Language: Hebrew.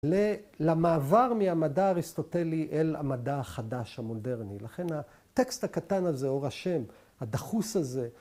‫למעבר מהמדע האריסטוטלי ‫אל המדע החדש המודרני. ‫לכן הטקסט הקטן הזה, אור השם, הדחוס הזה,